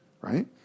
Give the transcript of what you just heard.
right